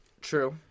True